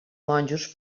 monjos